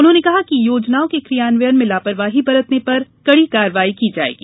उन्होंने कहा कि योजनाओं के क्रियान्वयन में लापरवाही बरतने पर कड़ी कार्रवाई की जाएगी